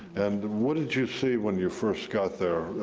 and what did you see when you first got there?